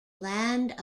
land